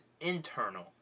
internal